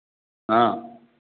हाँ